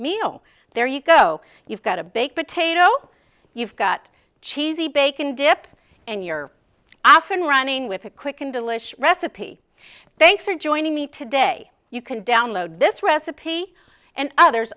meal there you go you've got a baked potato you've got cheesy bacon dip and you're afan running with a quick and delicious recipe thanks for joining me today you can download this recipe and others